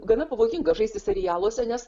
gana pavojinga žaisti serialuose nes